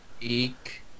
Eek